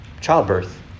childbirth